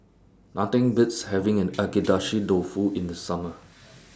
Nothing Beats having Agedashi Dofu in The Summer